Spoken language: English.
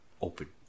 open